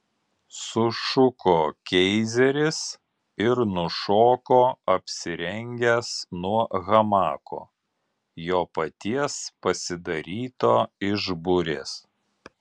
sušuko keizeris ir nušoko apsirengęs nuo hamako jo paties pasidaryto iš burės